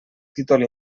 títol